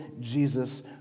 Jesus